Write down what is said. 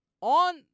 on